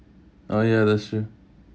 oh ya that's true